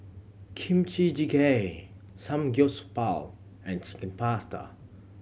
Kimchi Jjigae Samgyeopsal and Chicken Pasta